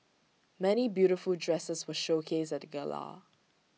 many beautiful dresses were showcased at the gala